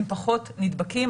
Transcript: הם פחות נדבקים,